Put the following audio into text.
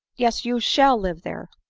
yes, you shall live there!